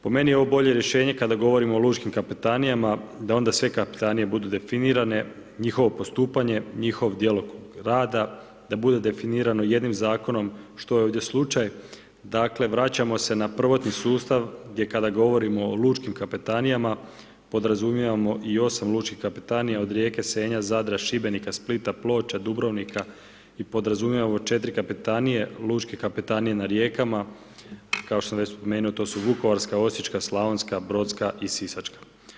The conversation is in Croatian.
Po meni je ovo bolje rješenje kada govorimo o lučkim kapetanijama, da onda sve kapetanije budu definirane, njihovo postupanje, njihov djelokrug rada, da bude definirano jednim Zakonom što je ovdje slučaj, dakle, vraćamo se na prvotni sustav, gdje kada govorimo o lučkim kapetanijama, podrazumijevamo i 8 lučkih kapetanija od Rijeke, Senja, Zadra, Šibenika, Splita, Ploča, Dubrovnika i podrazumijevamo 4 kapetanije, lučke kapetanije na rijekama, kao što sam već spomenuo, to su vukovarska, osječka, slavonska, brodska i sisačka.